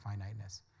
finiteness